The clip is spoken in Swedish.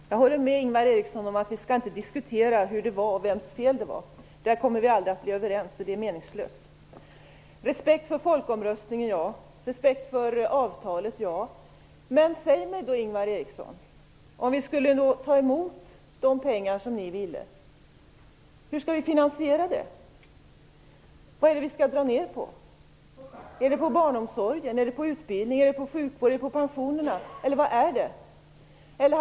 Fru talman! Jag håller med Ingvar Eriksson om att vi inte skall diskutera hur det var och vems fel det var. Vi kommer aldrig att bli överens, så det är meningslöst. Ingvar Eriksson talar om respekt för folkomröstningen och avtalet. Men säg mig då Ingvar Eriksson hur vi skall finansiera mottagandet av de pengar som ni önskar? Vad skall vi dra ner på? Är det på barnomsorgen, utbildningen, sjukvården eller pensionerna vi skall dra ner?